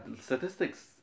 statistics